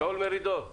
אני